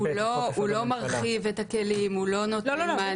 הוא לא מרחיב את הכלים, הוא לא נותן מענה.